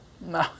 No